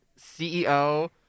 ceo